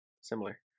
Similar